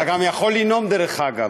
אתה גם יכול לנאום, דרך אגב.